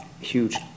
Huge